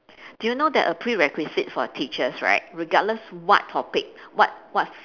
do you know that a prerequisite for teachers right regardless what topic what what